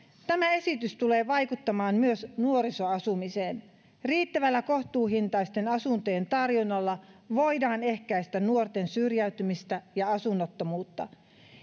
tämä esitys tulee vaikuttamaan myös nuorisoasumiseen riittävällä kohtuuhintaisten asuntojen tarjonnalla voidaan ehkäistä nuorten syrjäytymistä ja asunnottomuutta